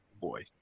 boy